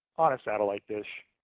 on a satellite dish.